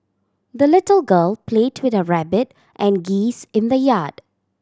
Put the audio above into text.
the little girl play with her rabbit and geese in the yard